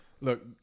look